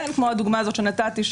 כמו הדוגמה הזאת שנתתי,